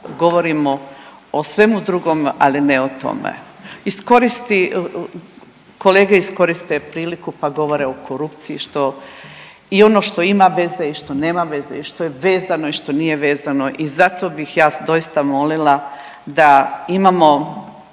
Govorimo o svemu drugom, a ne o tome. Iskoristi, kolege iskoriste priliku pa govore o korupciji što i ono što ima veze i što nema veze i što je vezano i što nije vezano. I zato bih ja doista molila da imamo